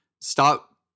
stop